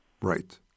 Right